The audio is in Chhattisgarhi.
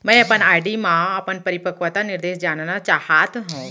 मै अपन आर.डी मा अपन परिपक्वता निर्देश जानना चाहात हव